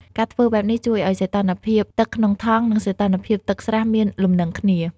ការធ្វើបែបនេះជួយឲ្យសីតុណ្ហភាពទឹកក្នុងថង់ និងសីតុណ្ហភាពទឹកស្រះមានលំនឹងគ្នា។